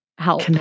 help